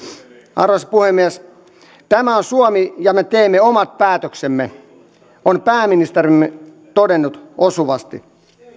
arvoisa puhemies tämä on suomi ja me teemme omat päätöksemme on pääministerimme todennut osuvasti